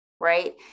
right